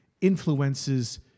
influences